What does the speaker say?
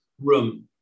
room